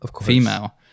female